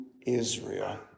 Israel